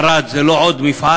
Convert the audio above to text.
ערד זה לא עוד מפעל,